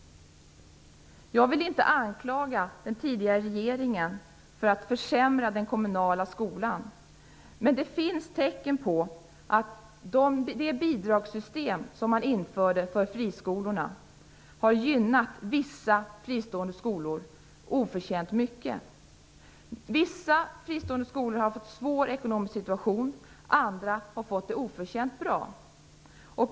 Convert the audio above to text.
Jag vill inte anklaga den tidigare regeringen för att försämra den kommunala skolan, men det finns tecken på att det bidragssystem som man införde för friskolorna har gynnat vissa fristående skolor oförtjänt mycket. Vissa fristående skolor har fått en svår ekonomisk situation. Andra har fått det oförtjänt bra.